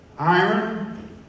Iron